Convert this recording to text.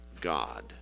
God